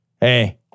hey